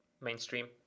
mainstream